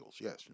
yes